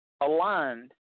aligned